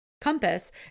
Compass